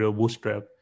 bootstrap